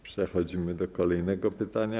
Przechodzimy do kolejnego pytania.